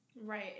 right